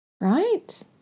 Right